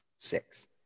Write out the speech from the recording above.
six